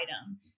item